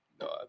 No